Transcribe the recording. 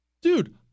Dude